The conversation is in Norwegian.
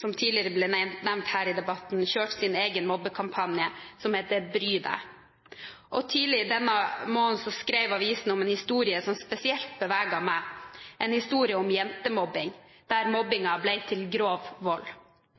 som tidligere nevnt her i debatten, kjørt sin egen mobbekampanje som heter «Bry deg». Tidlig denne måneden skrev avisen om en historie som beveget meg spesielt; en historie om jentemobbing, der mobbingen ble til grov vold.